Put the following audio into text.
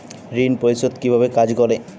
ঋণ পরিশোধ কিভাবে কাজ করে?